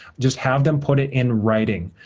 just have them put it in writing.